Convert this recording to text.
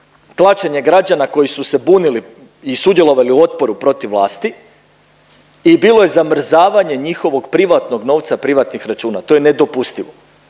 tlačenje građana koji su se bunili i sudjelovali u otporu protiv vlasti i bilo je zamrzavanje njihovog privatnog novca i privatnih računa. To je nedopustivo.